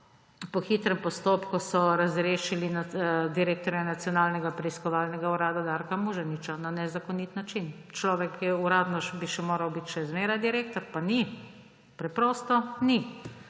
Po hitrem postopku so razrešili direktorja Nacionalnega preiskovalnega urada Darka Muženiča, na nezakonit način. Človek bi moral uradno še zmeraj biti direktor, pa ni. Preprosto ni.